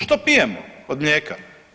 Što pijemo od mlijeka?